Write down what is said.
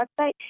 website